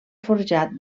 forjat